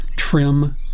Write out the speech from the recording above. trim